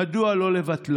2. מדוע לא לבטלו?